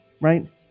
right